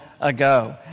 ago